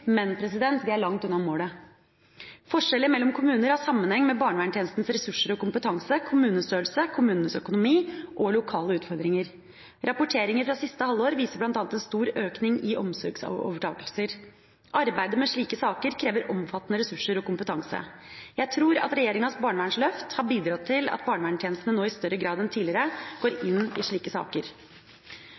men vi er langt unna målet. Forskjeller mellom kommuner har sammenheng med barnevernstjenestens ressurser og kompetanse, kommunestørrelse, kommunens økonomi og lokale utfordringer. Rapporteringer fra siste halvår viser bl.a. en stor økning i omsorgsovertakelser. Arbeidet med slike saker krever omfattende ressurser og kompetanse. Jeg tror at regjeringas barnevernsløft har bidratt til at barnevernstjenestene nå i større grad enn tidligere går inn i slike saker.